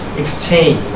exchange